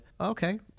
Okay